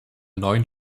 neun